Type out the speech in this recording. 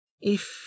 If